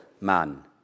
man